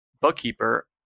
bookkeeper